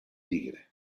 tigre